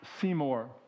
Seymour